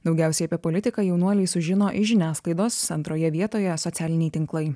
daugiausiai apie politiką jaunuoliai sužino iš žiniasklaidos antroje vietoje socialiniai tinklai